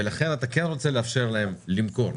ולכן אתה כן רוצה לאפשר להם למכור,